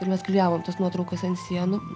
ir mes klijavom tas nuotraukas ant sienų